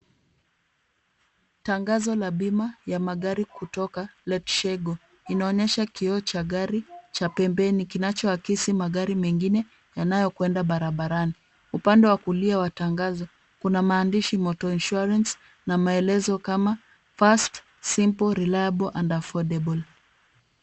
Tangazo ya bima ya magari kutoka Letsgo, inaonyesha kioo cha gari cha pembeni kinachoakisi magari mengine yanayokwenda barabarani. Upande wa kulia wa tangazo, kuna maandishi motor insurance na maelezo kama fast, simple, reliable and affordable .